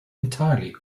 entirely